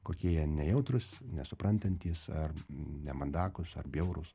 kokie jie nejautrūs nesuprantantys ar nemandagūs ar bjaurūs